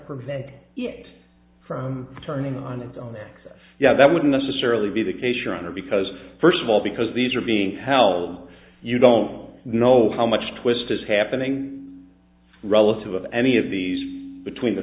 prevent it from turning on its own so yeah that wouldn't necessarily be the case your honor because first of all because these are being held you don't know how much twist is happening relative any of these between the